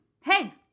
hey